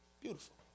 beautiful